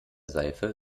seife